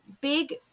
big